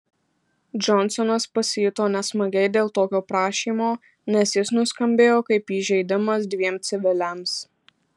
džonsonas pasijuto nesmagiai dėl tokio prašymo nes jis nuskambėjo kaip įžeidimas dviem civiliams